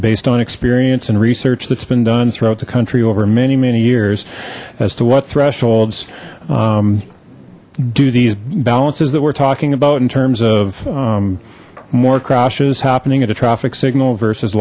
based on experience and research that's been done throughout the country over many many years as to what thresholds do these balances that we're talking about in terms of more crashes happening at a traffic signal versus